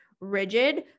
rigid